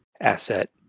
asset